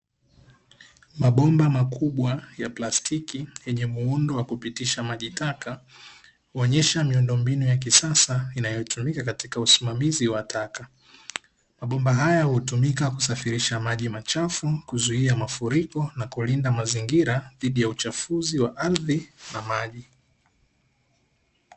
Mabomba makubwa ya plastiki yenye muundo wa kupitisha maji taka kuonyesha miundombinu ya kisasa inayotumika katika usimamizi wa taka. Mabomba haya hutumika kusafirisha maji machafu kuzuia mafuriko na kulinda mazingira dhidi ya uchafuzi wa ardhi na maji.